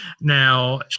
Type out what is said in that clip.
Now